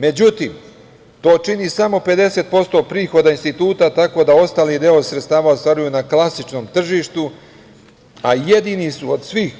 Međutim, to čini samo 50% prihoda instituta tako da ostali deo sredstava ostvaruju na klasičnom tržištu, a jedini su od svih